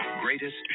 Greatest